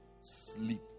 sleep